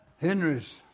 Henry's